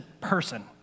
person